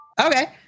Okay